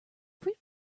fruit